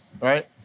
right